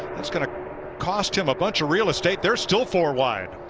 kind of cost him a bunch of real estate, they are still four wide.